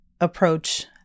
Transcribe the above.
approach